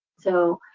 so,